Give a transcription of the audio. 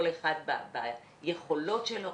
כל אחד ביכולות שלו,